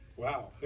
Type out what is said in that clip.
Wow